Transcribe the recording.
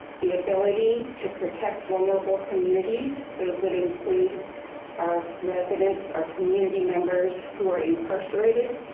the ability to protect vulnerable communities. those would include our residents, our community members who are incarcerated,